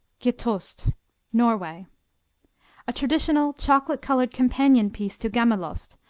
gjetost norway a traditional chocolate-colored companion piece to gammelost,